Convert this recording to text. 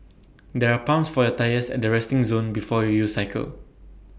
there are pumps for your tyres at the resting zone before you cycle